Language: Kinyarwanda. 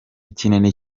kinini